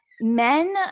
men